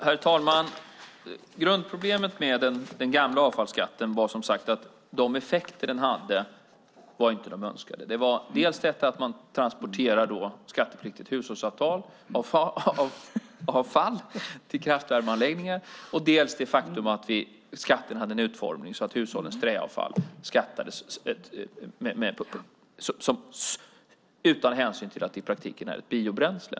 Herr talman! Grundproblemet med den gamla avfallsskatten var som sagt att dess effekter inte var de önskade. Det gällde dels att man transporterade skattepliktigt hushållsavfall till kraftvärmeanläggningar, dels att skatten hade en utformning så att hushållens träavfall skattades utan hänsyn till att det i praktiken är ett biobränsle.